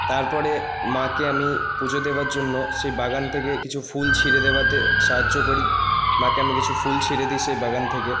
তারপরে মাকে আমি পুজো দেওয়ার জন্য সেই বাগান থেকে কিছু ফুল ছিঁড়ে দেওয়াতে সাহায্য করি মাকে আমি কিছু ফুল ছিঁড়ে দিই সেই বাগান থেকে